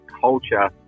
culture